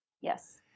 Yes